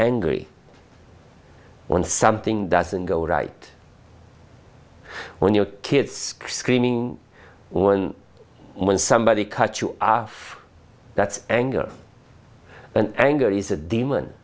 angry when something doesn't go right when your kid screaming when when somebody cut you off that's anger and anger is a demon